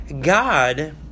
God